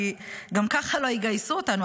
כי גם ככה לא יגייסו אותנו,